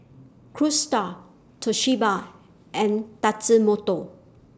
Cruise STAR Toshiba and Tatsumoto